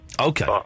Okay